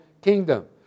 kingdom